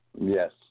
Yes